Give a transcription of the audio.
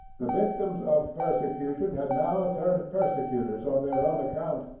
the victims of persecution had now turned persecutors on their own account,